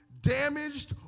damaged